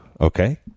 Okay